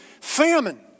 Famine